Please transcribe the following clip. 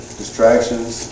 distractions